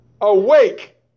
Awake